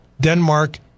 Denmark